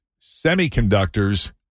semiconductors